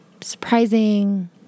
surprising